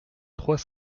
trois